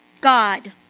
God